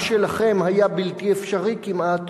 מה שלכם היה בלתי אפשרי כמעט,